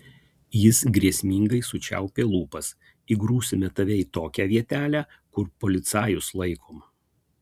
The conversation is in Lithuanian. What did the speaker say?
jis grėsmingai sučiaupė lūpas įgrūsime tave į tokią vietelę kur policajus laikom